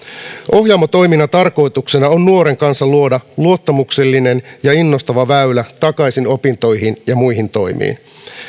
ohjaamo toiminnan tarkoituksena on nuoren kanssa luoda luottamuksellinen ja innostava väylä takaisin opintoihin tai muihin toimiin